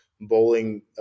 bowling